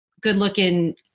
good-looking